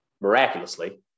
miraculously